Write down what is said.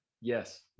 Yes